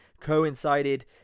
coincided